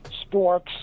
sports